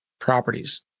properties